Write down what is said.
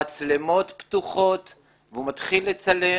מצלמות פתוחות והוא מתחיל לצלם